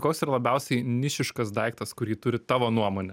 koks yra labiausiai nišiškas daiktas kurį turit tavo nuomone